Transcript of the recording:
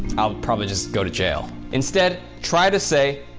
i'll probably just go to jail. instead, try to say,